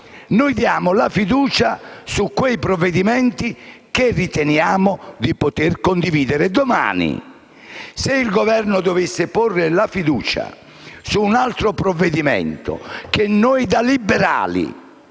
noi votiamo la fiducia sui provvedimenti che riteniamo di poter condividere. Domani, se il Governo ponesse la fiducia su un provvedimento che noi, da liberali,